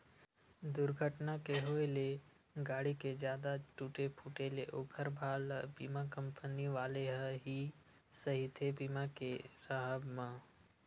दूरघटना के होय ले गाड़ी के जादा टूटे फूटे ले ओखर भार ल बीमा कंपनी वाले ह ही सहिथे बीमा के राहब म